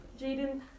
Jaden